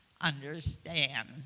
understand